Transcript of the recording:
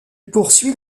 poursuit